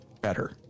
better